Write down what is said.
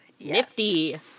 Nifty